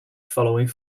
following